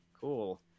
cool